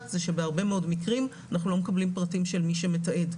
זה שבהרבה מאוד מקרים אנחנו לא מקבלים פרטים של מי שמתעד.